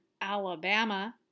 Alabama